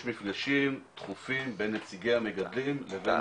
יש מפגשים תכופים בין נציגי המגדלים לבין